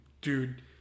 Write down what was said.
dude